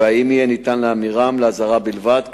ואם יהיה ניתן להמירן באזהרה בלבד,